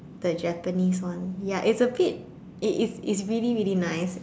the Japanese one is a bit is it's really really nice